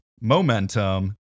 momentum